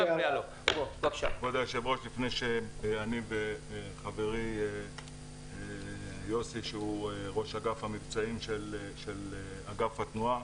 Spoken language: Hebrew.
לפני שאני וחברי יוסי שהוא ראש אגף המבצעים של אגף התנועה,